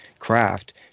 craft